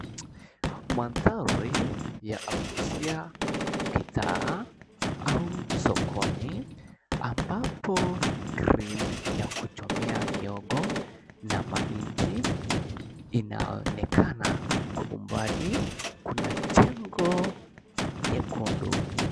Mandhari ya kuuzia bidhaa au sokoni ambapo grill ya kuchomea mihogo na mahindi inaonekana. Kwa umbali kuna jengo nyekundu.